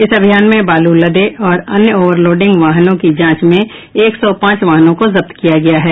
इस अभियान में बालू लदे और अन्य ओवरलोडिंग वाहनों की जांच में एक सौ पांच वाहनों को जब्त किया गया है